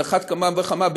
על אחת כמה וכמה,